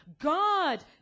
God